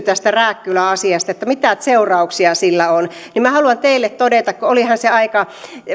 tästä rääkkylä asiasta että mitä seurauksia sillä on minä haluan teille todeta kun olihan se